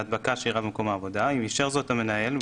אם אישר זאת המנהל,